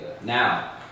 now